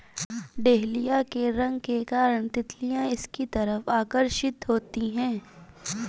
dahlia के रंग के कारण तितलियां इसकी तरफ आकर्षित होती हैं